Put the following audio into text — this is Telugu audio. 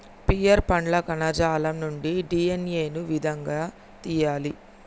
పియర్ పండ్ల కణజాలం నుండి డి.ఎన్.ఎ ను ఏ విధంగా తియ్యాలి?